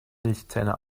milchzähne